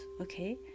Okay